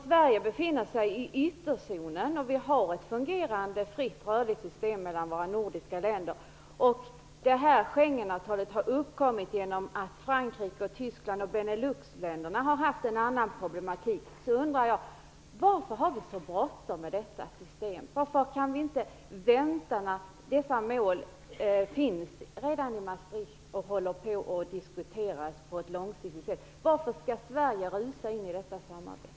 Sverige befinner sig i ytterzonen, och vi har ett fungerande fritt och rörligt system mellan våra nordiska länder. Schengenavtalet har uppkommit genom att Frankrike, Tyskland och Beneluxländerna har haft en annan problematik. Jag undrar varför vi har så bråttom med detta system? Varför kan vi inte vänta? Samma mål finns redan i Maastrichtavtalet och är föremål för en långsiktig diskussion. Varför skall Sverige rusa in i detta samarbete?